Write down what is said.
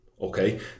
okay